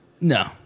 no